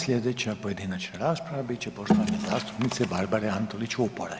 Slijedeća pojedinačna rasprava bit će poštovane zastupnice Barbare Antolić Vupora.